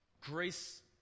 Grace